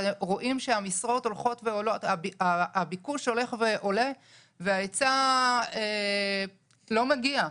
ואנחנו רואים שהביקוש הולך ועולה וההיצע לא מגיע.